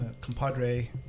compadre